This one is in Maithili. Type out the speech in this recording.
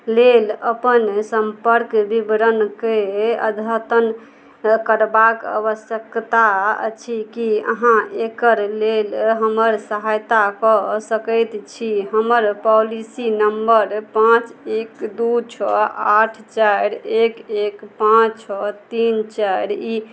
लेल अपन सम्पर्क विवरणके अद्यतन करबाक आवश्यकता अछि कि अहाँ एकर लेल हमर सहायता कऽ सकै छी हमर पॉलिसी नम्बर पाँच एक दुइ छओ आठ चारि एक एक पाँच छओ तीन चारि ई